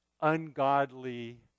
ungodly